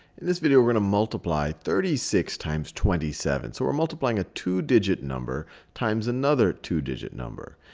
in this video, we're going to multiply thirty six times twenty seven. so we're multiplying a two-digit number times another two-digit number.